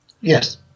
Yes